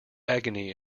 agony